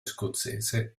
scozzese